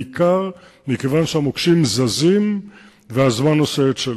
בעיקר מכיוון שהמוקשים זזים והזמן עושה את שלו.